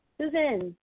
Susan